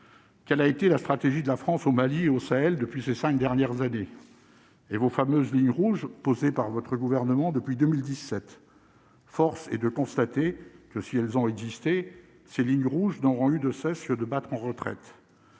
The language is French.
quelle a été la stratégie de la France au Mali et au Sahel depuis ces 5 dernières années. Et vos fameuses Lignes Rouges posée par votre gouvernement depuis 2017, force est de constater que si elles ont existé ces lignes rouges n'auront eu de cesse de battre en retraite,